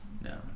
No